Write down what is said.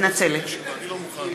מתנצלת.